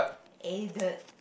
added